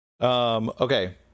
Okay